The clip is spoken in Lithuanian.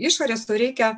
išorės to reikia